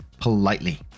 politely